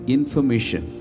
Information